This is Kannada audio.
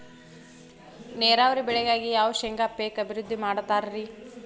ನೇರಾವರಿ ಬೆಳೆಗಾಗಿ ಯಾವ ಶೇಂಗಾ ಪೇಕ್ ಅಭಿವೃದ್ಧಿ ಮಾಡತಾರ ರಿ?